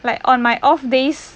like on my off days